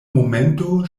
momento